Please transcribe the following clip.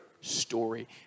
story